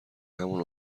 همون